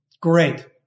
Great